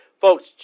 Folks